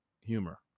humor